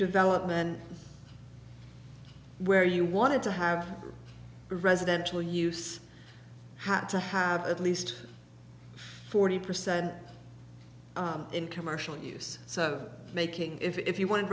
development where you wanted to have residential use had to have at least forty percent in commercial use so making if you want